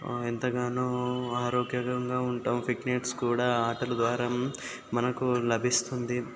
ఆ ఎంతగానో ఆరోగ్యకరంగా ఉంటాము ఫిట్నెస్ కూడా ఆటలు ద్వారా మనకు లభిస్తుంది